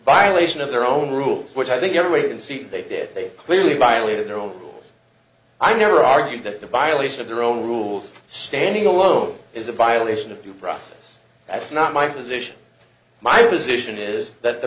violation of their own rules which i think everybody can see that they did they clearly violated their own rules i never argued that the violation of their own rules standing alone is a violation of due process that's not my position my position is that the